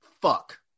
Fuck